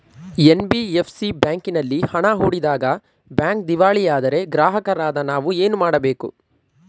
NBFC ಬ್ಯಾಂಕಿನಲ್ಲಿ ಹಣ ಹೂಡಿದಾಗ ಬ್ಯಾಂಕ್ ದಿವಾಳಿಯಾದರೆ ಗ್ರಾಹಕರಾದ ನಾವು ಏನು ಮಾಡಬೇಕು?